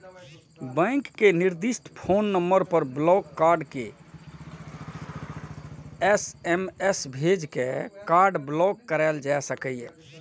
bank के निर्दिष्ट phone number पर ब्लॉक कार्ड के एस.एम.एस भेज के कार्ड ब्लॉक कराएल जा सकैए